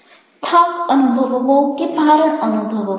થાક અનુભવવો કે ભારણ અનુભવવું